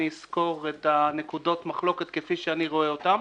אני אסקור את נקודות המחלוקת כפי שאני רואה אותן,